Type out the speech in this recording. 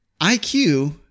IQ